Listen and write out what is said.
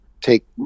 take